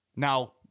now